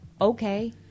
okay